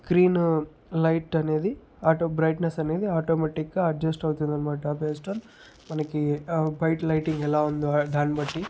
screen light అనేది auto brightness అనేది ఆటోమేటిక్గా అడ్జస్ట్ అవుతుందనమాట ప్లేస్లో మనకి బయట లైటింగ్ ఎలా ఉందో దాన్ని బట్టి